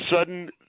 sudden